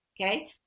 Okay